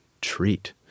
treat